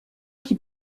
qui